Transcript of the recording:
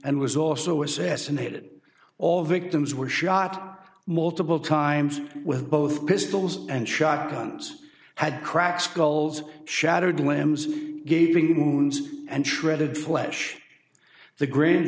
and was also assassinated all victims were shot multiple times with both pistols and shotguns had cracked skulls shattered limbs gaping wounds and shredded flesh the gran